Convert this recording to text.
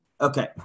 Okay